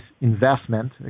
investment